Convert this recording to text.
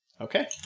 Okay